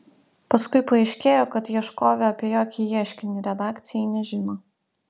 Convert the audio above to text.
paskui paaiškėjo kad ieškovė apie jokį ieškinį redakcijai nežino